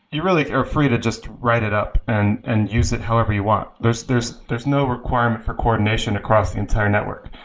you really are free to just write it up and and use it however you want. there's there's no requirement for coordination across the entire network.